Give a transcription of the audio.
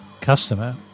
customer